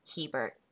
Hebert